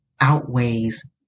outweighs